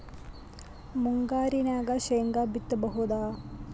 ಮುಂಗಾರಿನಾಗ ಶೇಂಗಾ ಬಿತ್ತಬಹುದಾ?